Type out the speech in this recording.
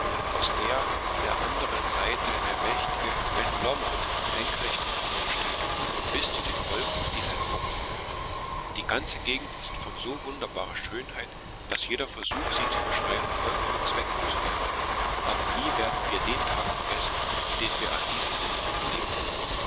aus der auf der anderen seite der mächtige ben lomond senkrecht emporsteigt bis zu den wolken die sein haupt verhüllen die ganze gegend ist von so wunderbarer schönheit daß jeder versuch sie zu beschreiben vollkommen zwecklos wäre aber nie werden wir den tag vergessen den wir an diesen ufern verlebten